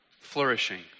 flourishing